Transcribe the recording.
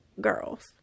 Girls